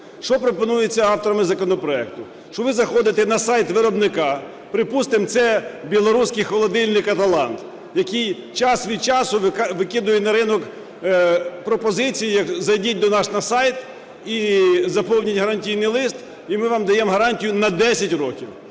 Що пропонується авторами законопроекту? Що ви заходите на сайт виробника, припустимо, це білоруський холодильник ATLANT, який час від часу викидає на ринок пропозиції: зайдіть до нас на сайт і заповніть гарантійний лист, і ми вам даємо гарантію на 10 років.